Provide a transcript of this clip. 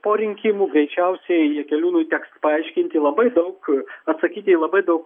po rinkimų greičiausiai jakeliūnui teks paaiškinti labai daug atsakyti į labai daug